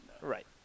right